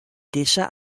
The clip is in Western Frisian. dizze